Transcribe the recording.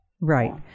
Right